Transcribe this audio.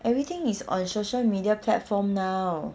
everything is on social media platform now